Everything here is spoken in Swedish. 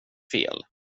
fel